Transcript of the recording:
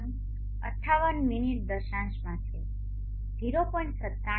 97 58 minute દશાંશમાં છે 0